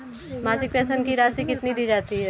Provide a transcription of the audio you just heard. मासिक पेंशन की राशि कितनी दी जाती है?